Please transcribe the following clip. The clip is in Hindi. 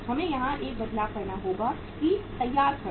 हमें यहाँ एक बदलाव करना होगा कि तैयार खर्च